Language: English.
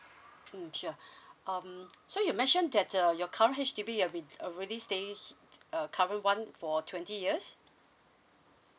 hmm sure um so you mention that uh your current H_D_B you've been already staying uh cover one for twenty years